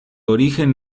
origen